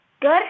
Good